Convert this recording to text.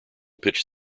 pitched